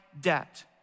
debt